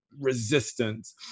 resistance